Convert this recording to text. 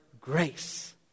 grace